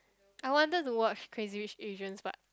I wanted to watch Crazy-Rich-Asians but